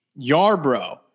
Yarbrough